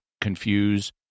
confuse